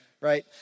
right